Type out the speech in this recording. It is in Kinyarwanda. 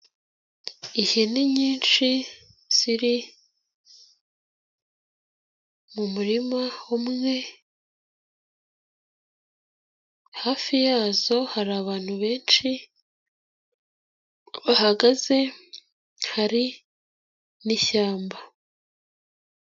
Ihene nyinshi ziri mu murima umwe, hafi yazo hari abantu benshi bahagaze, hari n'ishyamba.